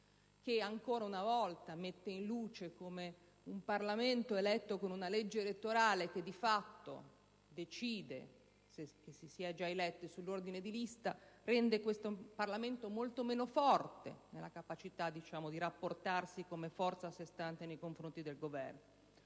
che ancora una volta mette in luce come una legge elettorale che di fatto decide già chi verrà eletto, secondo l'ordine di lista, rende il Parlamento molto meno forte nella capacità di rapportarsi come forza a sé stante nei confronti del Governo.